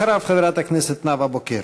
אחריו, חברת הכנסת נאוה בוקר.